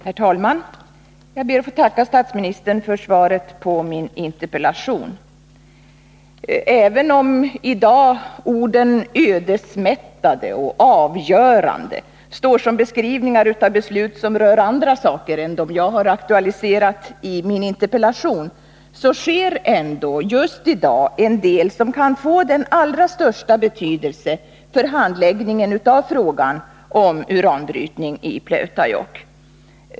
Herr talman! Jag ber att få tacka statsministern för svaret på min interpellation. Även om i dag orden ”ödesmättade” och ”avgörande” står som beskrivningar av beslut som rör andra saker än dem jag har aktualiserat i min interpellation så sker ändå just i dag en del som kan få den allra största betydelse för handläggningen av frågan om uranbrytning i Pleutajokk.